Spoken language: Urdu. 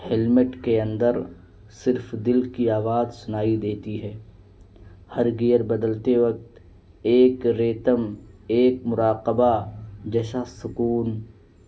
ہیلممیٹ کے اندر صرف دل کی آواز سنائی دیتی ہے ہر گیئر بدلتے وقت ایک ریتم ایک مراقبہ جیسا سکون